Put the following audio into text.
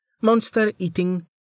monster-eating